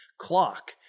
clock